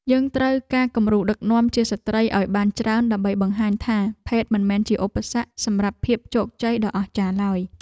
យើងត្រូវការគំរូដឹកនាំជាស្ត្រីឱ្យបានច្រើនដើម្បីបង្ហាញថា ភេទមិនមែនជាឧបសគ្គសម្រាប់ភាពជោគជ័យដ៏អស្ចារ្យឡើយ។